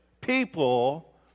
people